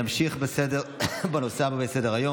נמשיך לנושא הבא בסדר-היום,